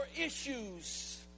issues